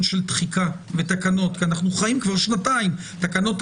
של דחיקה ותקנות כי אנו חיים שנתיים בתקנות,